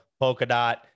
Polkadot